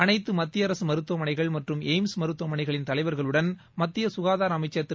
அளைத்து மத்திய அரசு மருத்துவமளைகள் மற்றும் ஏய்ம்ஸ் மருத்துவமளைகளின் தலைவர்களுடன் மத்திய சுகாதார அமைச்சர் திரு